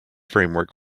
framework